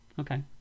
okay